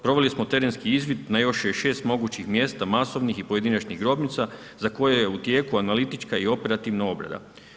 Proveli smo terenski izvid na još 66 mogućih mjesta masovnih i pojedinačnih grobnica za koje je u tijeku analitička i operativna obrada.